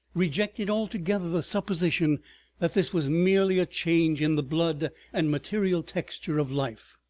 rejected altogether the supposition that this was merely a change in the blood and material texture of life.